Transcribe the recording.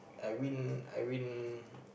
I win I win